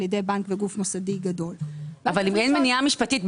ידי בנק וגוף מוסדי גדול --- אבל אם אין מניעה משפטית,